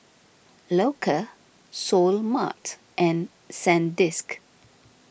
Loacker Seoul Mart and Sandisk